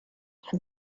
for